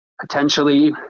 potentially